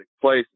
place